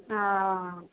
हँ